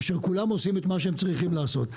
כאשר כולם עושים מה שהם צריכים לעשות.